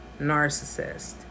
Narcissist